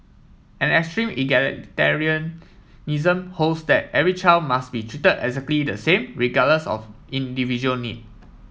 an extreme holds that every child must be treated exactly the same regardless of individual need